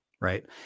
right